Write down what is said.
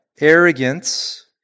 arrogance